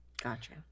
Gotcha